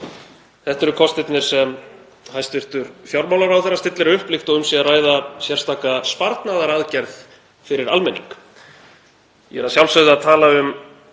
Þetta eru kostirnir sem hæstv. fjármálaráðherra stillir upp líkt og um sé að ræða sérstaka sparnaðaraðgerð fyrir almenning. Ég er að sjálfsögðu að tala um